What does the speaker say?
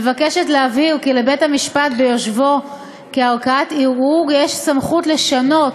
מבקשת להבהיר כי לבית-משפט ביושבו כערכאת ערעור יש סמכות לשנות